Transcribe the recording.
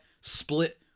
split